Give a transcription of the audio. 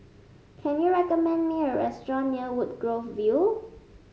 can you recommend me a restaurant near Woodgrove View